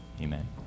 Amen